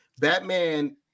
Batman